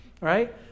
Right